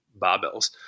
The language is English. barbells